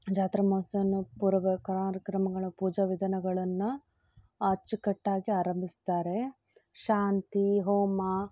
ಜಾತ್ರೆ ಮಹೋತ್ಸವವನ್ನು ಪೂರ್ವ ಕಾರ್ಯಕ್ರಮಗಳು ಪೂಜಾ ವಿಧಾನಗಳನ್ನ ಅಚ್ಚುಕಟ್ಟಾಗಿ ಆರಂಭಿಸ್ತಾರೆ ಶಾಂತಿ ಹೋಮ